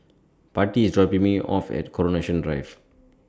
Patti IS dropping Me off At Coronation Drive